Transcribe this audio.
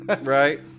right